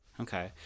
Okay